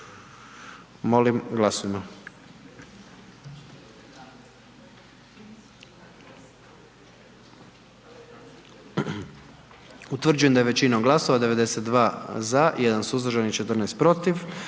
molim glasujmo. Utvrđujem da je većinom glasova 99 za i 1 suzdržani donijet